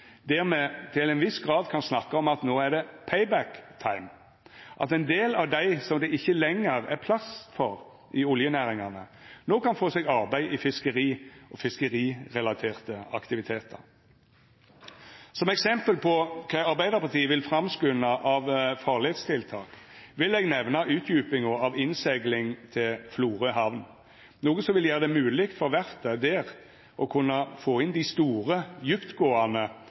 kysten, der me til ein viss grad kan snakka om at no er det «payback-time», at ein del av dei som det ikkje lenger er plass for i oljenæringane, no kan få seg arbeid i fiskeri og fiskerirelaterte aktivitetar. Som eksempel på kva Arbeidarpartiet vil framskunda av farleistiltak, vil eg nemna utdjupinga av innseglinga til Florø hamn, noko som vil gjera det mogleg for verftet der å få inn dei store,